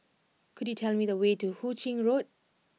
could you tell me the way to Hu Ching Road